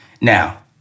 now